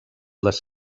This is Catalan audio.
les